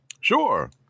Sure